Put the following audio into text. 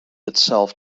itself